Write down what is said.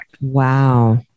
Wow